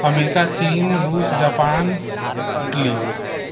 America चीन रूस Japan Italy